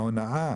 ההונאה